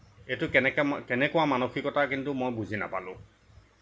এইটো কেনেকা কেনেকুৱা মানসিকতা কিন্তু মই বুজি নাপালোঁ